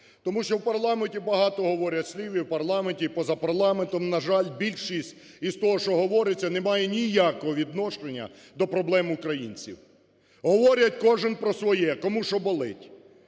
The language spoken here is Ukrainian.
Тому що у парламенті багато говорять слів і у парламенті, поза парламентом, на жаль, більшість із того, що говориться, не має ніякого відношення до проблем українців. Говорять кожен про свої, кому що болить,